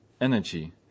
energy